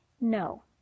No